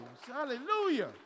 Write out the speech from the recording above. Hallelujah